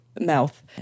mouth